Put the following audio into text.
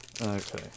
Okay